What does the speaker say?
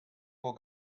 will